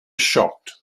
shocked